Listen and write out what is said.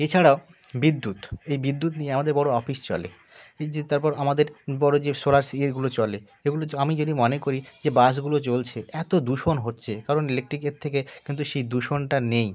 এছাড়াও বিদ্যুৎ এই বিদ্যুৎ নিয়ে আমাদের বড় অফিস চলে এই যে তারপর আমাদের বড় যে সোলার ইয়েগুলো চলে এগুলো আমি যদি মনে করি যে বাসগুলো চলছে এত দূষণ হচ্ছে কারণ ইলেকট্রিকের থেকে কিন্তু সেই দূষণটা নেই